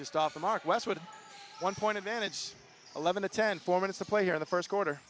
just off the mark westwood one point advantage eleven a ten four minutes a player in the first quarter